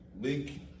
Link